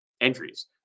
entries